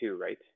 right